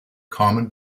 common